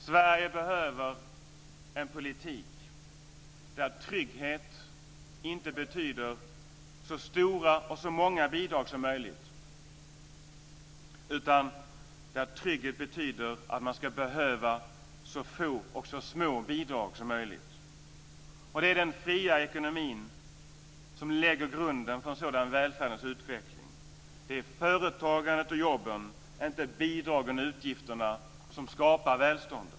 Sverige behöver en politik där trygghet inte betyder så stora och så många bidrag som möjligt, utan där trygghet betyder att man ska behöva så få och så små bidrag som möjligt. Det är den fria ekonomin som lägger grunden för en sådan välfärdens utveckling. Det är företagandet och jobben, inte bidragen och utgifterna, som skapar välstånd.